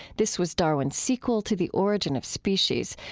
this was darwin's sequel to the origin of species.